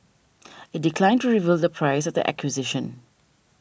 it declined to reveal the price of the acquisition